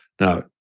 Now